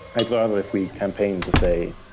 i'd rather if we campaigned to say,